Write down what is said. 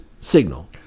signal